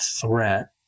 threat